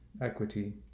equity